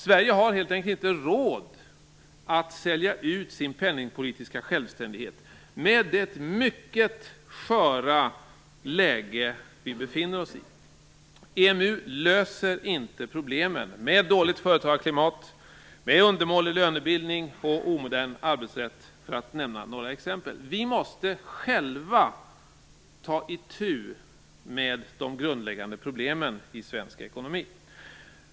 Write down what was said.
Sverige har helt enkelt inte råd att sälja ut sin penningpolitiska självständighet med det mycket sköra läge som vi befinner oss i. EMU löser inte problemen med dåligt företagarklimat, undermålig lönebildning och omodern arbetsrätt för att nämna några exempel. Vi måste själva ta itu med de grundläggande problemen i svensk ekonomi.